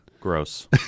Gross